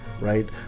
right